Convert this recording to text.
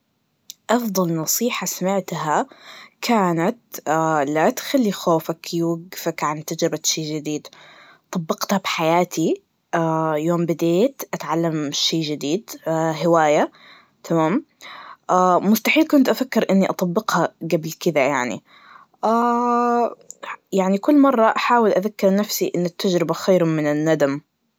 أفضل نصيحة سمعتها, كانت لا تخلي خوفك يوجفك عن تجربة شي جديد, طبقتها بحياتي, يوم بديت أتعلم شي جديد هواية, تمام؟ مستحيل كنت أفكر إني أطبقها جبل كدا يعني, يعني كل مرة أحاول أذكر نفسي إن التجربة خير من الندم.